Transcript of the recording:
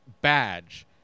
badge